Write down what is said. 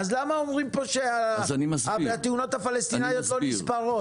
אז למה אומרים פה שהתאונות הפלסטינאיות לא נספרות?